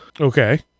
Okay